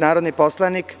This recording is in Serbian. Narodni poslanik